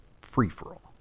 free-for-all